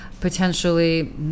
potentially